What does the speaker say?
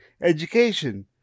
education